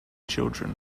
children